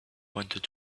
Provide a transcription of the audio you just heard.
wanted